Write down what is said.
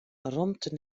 romte